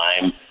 time